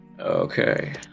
okay